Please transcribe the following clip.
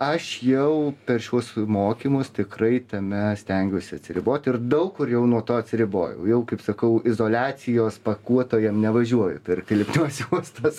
aš jau per šiuos mokymus tikrai tame stengiuosi atsiriboti ir daug kur jau nuo to atsiribojau jau kaip sakau izoliacijos pakuotojam nevažiuoju pirkti lipnios juostos